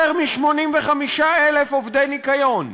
יותר מ-85,000 עובדי ניקיון,